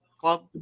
club